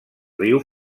riu